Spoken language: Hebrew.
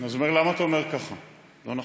לא נכון.